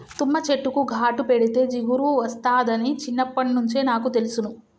తుమ్మ చెట్టుకు ఘాటు పెడితే జిగురు ఒస్తాదని చిన్నప్పట్నుంచే నాకు తెలుసును